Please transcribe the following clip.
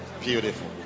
beautiful